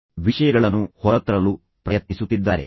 ನಿಮ್ಮಲ್ಲಿರುವ ಈ ಎಲ್ಲಾ ವಿಷಯಗಳನ್ನು ಹೊರತರಲು ಪ್ರಯತ್ನಿಸುತ್ತಿದ್ದಾರೆ